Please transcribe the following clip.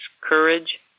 courage